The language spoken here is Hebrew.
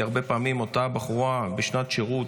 כי הרבה פעמים אותה הבחורה בשנת שירות,